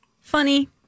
funny